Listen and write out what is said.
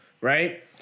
Right